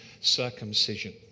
circumcision